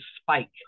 spike